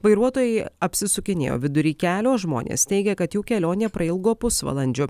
vairuotojai apsisukinėjo vidury kelio žmonės teigia kad jų kelionė prailgo pusvalandžiu